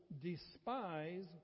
despise